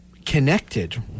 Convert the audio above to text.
connected